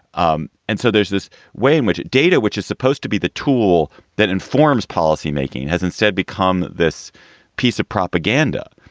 um and so there's this way in which data, which is supposed to be the tool that informs policymaking, hasn't said become this piece of propaganda.